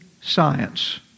science